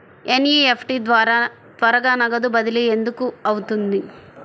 NEFT ద్వారా త్వరగా నగదు బదిలీ ఎందుకు అవుతుంది?